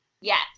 Yes